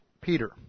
Peter